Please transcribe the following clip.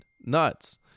Nuts